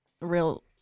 real